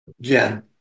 Jen